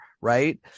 right